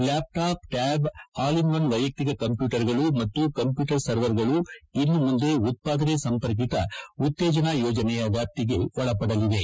laptop tab all in one ವೈಯಕ್ತಿಕ ಕಂಪ್ಲೂಟರ್ಗಳು ಮತ್ತು ಕಂಪ್ಲೂಟರ್ ಸರ್ವರ್ಗಳು ಇನ್ನು ಮುಂದೆ ಉತ್ತಾದನೆ ಸಂಪರ್ಕಿತ ಉತ್ತೇಜನಾ ಯೋಜನೆಯ ವ್ಯಾಪ್ತಿಗೆ ಒಳಪಡಲಿವೆ